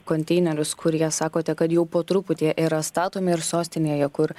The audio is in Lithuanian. konteinerius kurie sakote kad jau po truputį yra statomi ir sostinėje kur